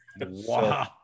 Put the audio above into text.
Wow